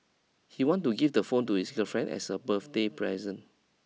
he wanted to give the phone to his girlfriend as a birthday present